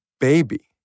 baby